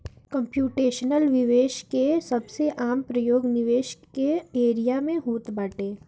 computational निवेश के सबसे आम प्रयोग निवेश के एरिया में होत बाटे